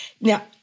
Now